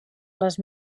les